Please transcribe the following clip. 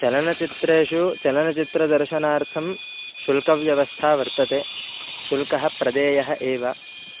चलनचित्रेषु चलनचित्रदर्शनार्थं शुल्कव्यवस्था वर्तते शुल्कः प्रदेयः एव